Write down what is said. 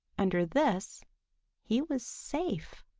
under this he was safe.